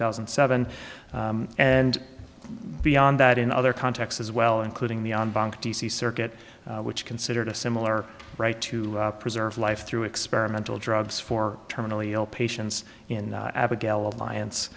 thousand and seven and beyond that in other contexts as well including the on bank d c circuit which considered a similar right to preserve life through experimental drugs for terminally ill patients in abigail alliance